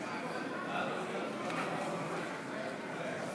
האי-אמון בסיעת ש"ס.